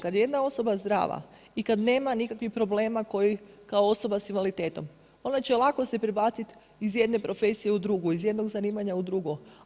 Kad je jedna osoba zdrava i kad nema nikakvih problema koji kao osoba sa invaliditetom, ona će lako se prebacit iz jedne profesije u drugu, iz jednog zanimanja u drugo.